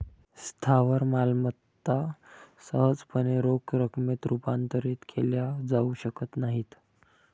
स्थावर मालमत्ता सहजपणे रोख रकमेत रूपांतरित केल्या जाऊ शकत नाहीत